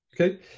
okay